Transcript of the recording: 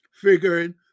figuring